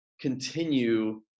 continue